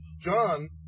John